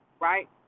Right